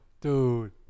Dude